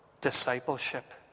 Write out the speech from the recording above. discipleship